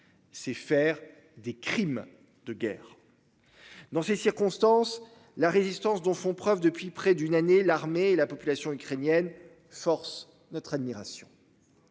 C'est faire des crimes de guerre. Dans ces circonstances, la résistance dont font preuve depuis près d'une année. L'armée et la population ukrainienne forcent notre admiration.